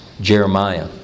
Jeremiah